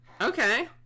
okay